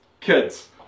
kids